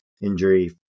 injury